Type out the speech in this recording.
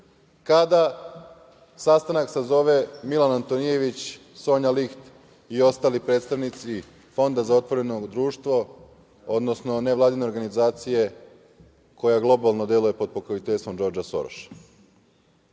kada sastanak sazove Milan Antonijević, Sonja Liht i ostali predstavnici Fonda za otvoreno društvo, odnosno nevladine organizacije koja globalno deluje pod pokroviteljstvom Džordža Soroša. Da